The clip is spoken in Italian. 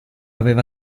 aveva